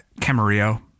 Camarillo